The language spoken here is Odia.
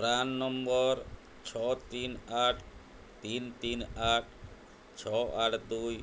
ପ୍ରାନ୍ ନମ୍ବର୍ ଛଅ ତିନି ଆଠ ତିନି ତିନି ଆଠ ଛଅ ଆଠ ଦୁଇ